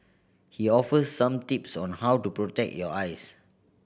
he offers some tips on how to protect your eyes